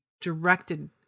directed